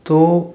तो